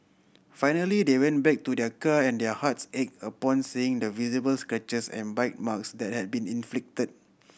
finally they went back to their car and their hearts ache upon seeing the visible scratches and bite marks that had been inflicted